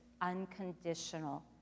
unconditional